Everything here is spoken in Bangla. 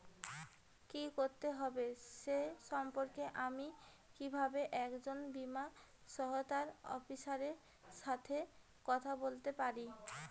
কী করতে হবে সে সম্পর্কে আমি কীভাবে একজন বীমা সহায়তা অফিসারের সাথে কথা বলতে পারি?